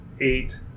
eight